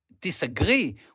disagree